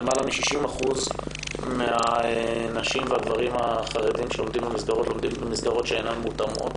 שלמעלה מ-60% מהנשים והגברים החרדים לומדים במסגרות שאינן מותאמות